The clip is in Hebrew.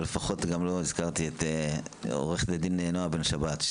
אבל לא הזכרתי את עו"ד נועה בן שבת.